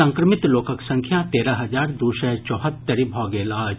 संक्रमित लोकक संख्या तेरह हजार दू सय चौहत्तरि भऽ गेल अछि